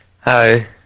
hi